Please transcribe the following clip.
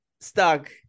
stuck